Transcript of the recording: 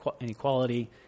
inequality